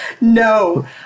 No